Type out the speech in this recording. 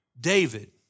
David